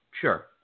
Sure